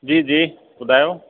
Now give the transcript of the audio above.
जी जी ॿुधायो